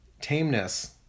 tameness